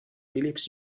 phillips